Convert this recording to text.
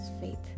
faith